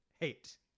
Hate